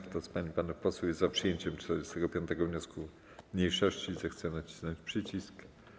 Kto z pań i panów posłów jest za przyjęciem 45. wniosku mniejszości, zechce nacisnąć przycisk.